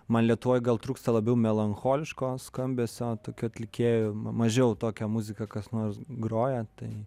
man lietuvoj gal trūksta labiau melancholiško skambesio tokių atlikėjų mažiau tokią muziką kas nors groja tai